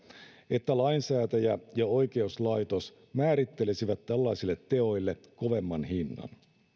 että lainsäätäjä ja oikeuslaitos määrittelisivät tällaisille teoille kovemman hinnan